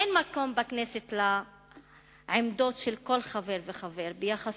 אין מקום בכנסת לעמדות של כל חבר וחבר ביחס